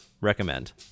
Recommend